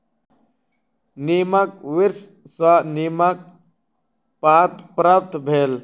नीमक वृक्ष सॅ नीमक पात प्राप्त भेल